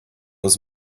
was